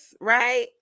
right